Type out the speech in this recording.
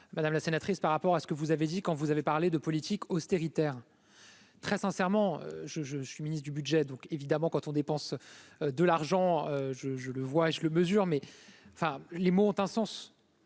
madame la sénatrice par rapport à ce que vous avez dit, quand vous avez parlé de politique austéritaire très sincèrement je, je suis ministre du Budget, donc évidemment quand on dépense de l'argent, je, je le vois et je le mesure mais enfin les mots ont un sens.